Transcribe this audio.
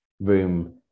room